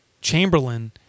Chamberlain